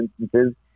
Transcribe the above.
instances